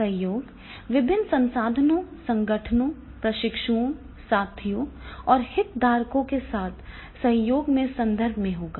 सहयोग विभिन्न संसाधनों संगठनों प्रशिक्षुओं साथियों और हितधारकों के साथ सहयोग के संदर्भ में होगा